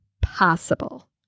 possible